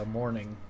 morning